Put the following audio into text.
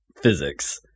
physics